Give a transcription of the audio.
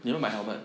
you know my helmet